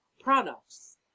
products